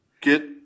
get